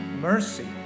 mercy